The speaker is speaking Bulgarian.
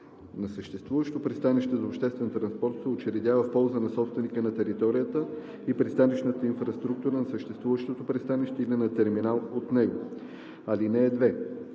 на съществуващо пристанище за обществен транспорт се учредява в полза на собственика на територията и пристанищната инфраструктура на съществуващото пристанище или на терминал от него. (2) Правото